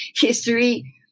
History